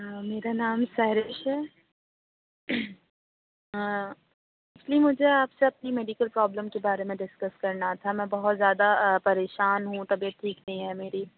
میرا نام سہرش ہے نہیں مجھے آپ سے اپنی میڈیکل پرابلم کے بارے میں ڈسکس کرنا تھا میں بہت زیادہ آ پریشان ہوں طبیعت ٹھیک نہیں ہے میری